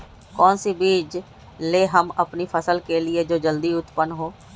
कौन सी बीज ले हम अपनी फसल के लिए जो जल्दी उत्पन हो?